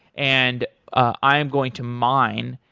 and i am going to mine,